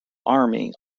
army